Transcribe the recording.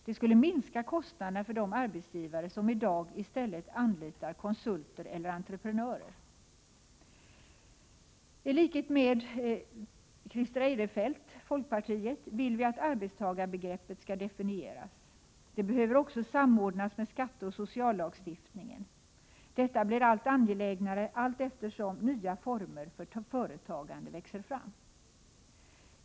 Det skulle minska kostnaderna för de arbetsgivare som i dag i stället anlitar konsulter eller entreprenörer. T likhet med Christer Eirefelt, folkpartiet, vill vi att arbetstagarbegreppet skall definieras. Det behöver också samordnas med skatteoch sociallagstiftningen. Detta blir allt angelägnare allteftersom nya former för företagande växer fram.